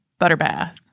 Butterbath